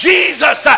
Jesus